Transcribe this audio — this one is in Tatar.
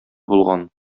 булган